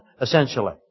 essentially